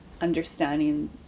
understanding